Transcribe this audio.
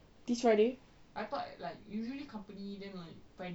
this friday